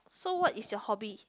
so what is your hobby